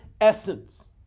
essence